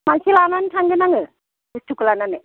मानसि लानानै थांगोन आङो बुस्थुखौ लानानै